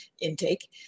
intake